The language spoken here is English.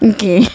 Okay